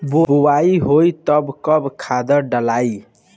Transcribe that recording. बोआई होई तब कब खादार डालाई?